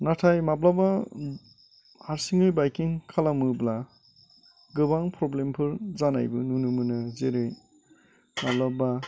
नाथाय माब्लाबा हारसिङै बायकिं खालामोब्ला गोबां प्र'ब्लेमफोर जानायबो नुनो मोनो जेरै माब्लाबा